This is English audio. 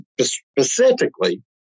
specifically